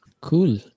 Cool